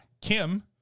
Kim –